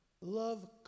Love